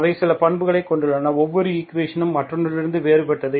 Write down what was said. அவை சில பண்புகளைக் கொண்டுள்ளன ஒவ்வொரு ஈக்குவேஷனும் மற்றொன்றிலிருந்து வேறுபட்டது